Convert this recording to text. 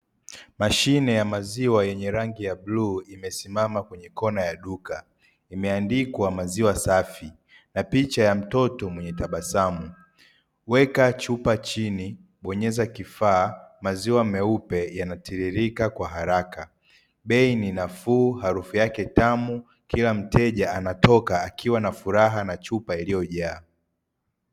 Mashine ya maziwa yenye rangi ya bluu imesimama kwenye kona ya duka, imeandikwa maziwa safi na picha ya mtoto mwenye tabasamu. Weka chupa chini bonyeza kifaa, maziwa meupe yanatiririka kwa uharaka, bei ni nafuu; harufu yake tamu; kila mteja anatoka na furaha na chupa iliyo jaa.